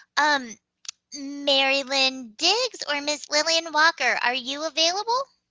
um mary lynne digs, or ms. lillian walker, are you available?